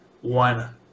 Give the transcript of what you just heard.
one